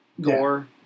Gore